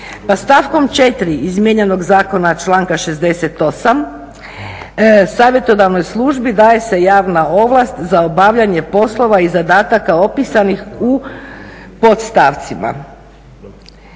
Pa stavkom 4. izmijenjenog zakona a članka 68. savjetodavnoj službi daje se javna ovlast za obavljanje poslova i zadataka opisanih u podstavcima.